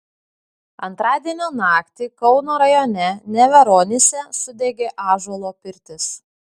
antradienio naktį kauno rajone neveronyse sudegė ąžuolo pirtis